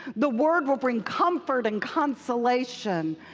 the word will bring comfort and consolation.